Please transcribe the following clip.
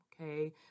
Okay